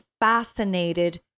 fascinated